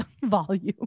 volume